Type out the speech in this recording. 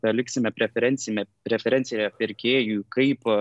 paliksime preferencime preferenciją pirkėjui kaip